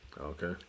Okay